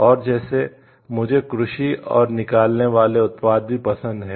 और जैसे मुझे कृषि और निकालने वाले उत्पाद भी पसंद हैं